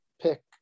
pick